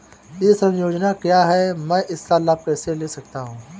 ई श्रम योजना क्या है मैं इसका लाभ कैसे ले सकता हूँ?